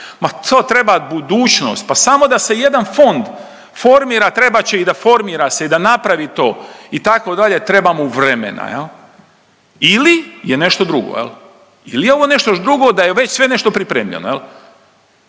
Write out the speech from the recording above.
ma to treba budućnost pa samo da se jedan fond formira trebat će i da formira se i da napravi to itd. treba mu vremena. Ili je nešto drugo ili je ovo nešto još drugo da je već sve nešto pripremljeno.